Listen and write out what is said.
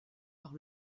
par